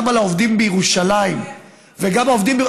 גם על העובדים בירושלים וגם העובדים,